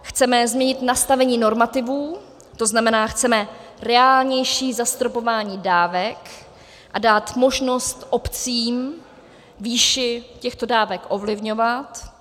Chceme změnit nastavení normativů, to znamená, chceme reálnější zastropování dávek a dát možnost obcím výši těchto dávek ovlivňovat.